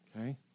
Okay